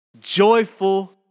joyful